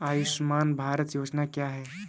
आयुष्मान भारत योजना क्या है?